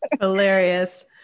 Hilarious